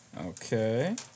Okay